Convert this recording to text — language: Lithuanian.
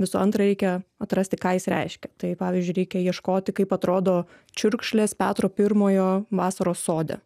visų antra reikia atrasti ką jis reiškia tai pavyzdžiui reikia ieškoti kaip atrodo čiurkšlės petro pirmojo vasaros sode